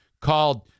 called